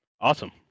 Awesome